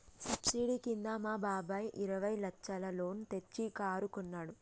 subsidy కింద మా బాబాయ్ ఇరవై లచ్చల లోన్ తెచ్చి కారు కొన్నాడు